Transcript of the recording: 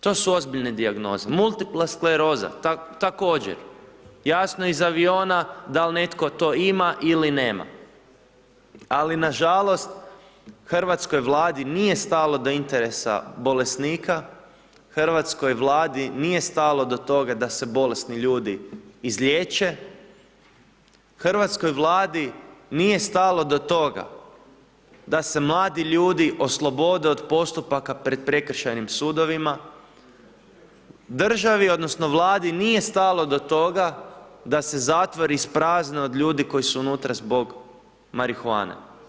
To su ozbiljne dijagnoze, multiplaskleroza također, jasno iz aviona dal netko to ima ili nema, ali na žalost hrvatskoj vladi nije stalo do interesa bolesnika, hrvatskoj vladi nije stalo do toga da se bolesni ljudi izliječe, hrvatskoj vladi nije stalo do toga da se mladi ljudi oslobode od postupaka pred prekršajnim sudovima, državi odnosno Vladi nije stalo do toga da se zatvori isprazne od ljudi koji su unutra zbog marihuane.